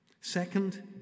Second